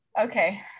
Okay